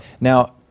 Now